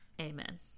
Amen